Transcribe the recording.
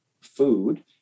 food